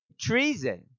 treason